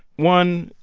one,